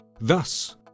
Thus